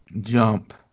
jump